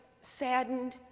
saddened